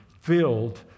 filled